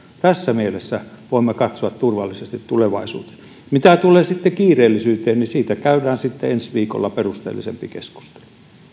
tässä mielessä voimme katsoa turvallisesti tulevaisuuteen mitä tulee sitten kiireellisyyteen niin siitä käydään sitten ensi viikolla perusteellisempi keskustelu